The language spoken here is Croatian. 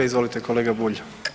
Izvolite kolega Bulj.